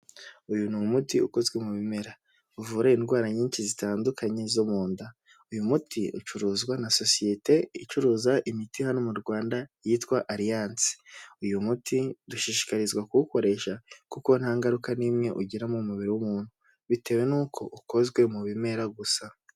Uyu ni umuti ukozwe mu bimera, uvura indwara nyinshi zitandukanye zo mu nda, uyu muti ucuruza na sosiyete icuruza imiti hano mu Rwanda yitwa Alliance, uyu muti dushishikarizwa kuwukoresha kuko nta ngaruka n'imwe ugira mu mubiri w'umuntu, bitewe n'uko ukozwe mu bimera gusa.